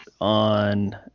on